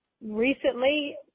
recently